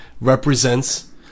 represents